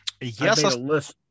Yes